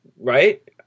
Right